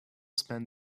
spend